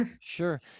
Sure